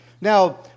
Now